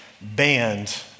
banned